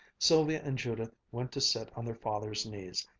sylvia and judith went to sit on their father's knees,